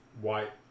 white